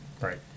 Right